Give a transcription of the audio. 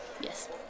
yes